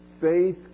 Faith